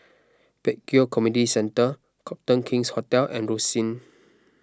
Pek Kio Community Centre Copthorne King's Hotel and Rosyth